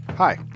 Hi